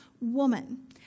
woman